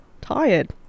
tired